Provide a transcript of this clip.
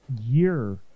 year